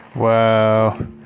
wow